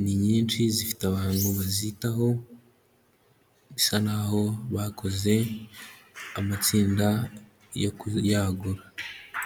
ni nyinshi zifite abantu bazitaho bisa naho bakoze amatsinda yo kuyagura.